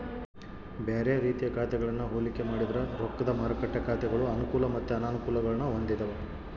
ಬ್ಯಾರೆ ರೀತಿಯ ಖಾತೆಗಳನ್ನ ಹೋಲಿಕೆ ಮಾಡಿದ್ರ ರೊಕ್ದ ಮಾರುಕಟ್ಟೆ ಖಾತೆಗಳು ಅನುಕೂಲ ಮತ್ತೆ ಅನಾನುಕೂಲಗುಳ್ನ ಹೊಂದಿವ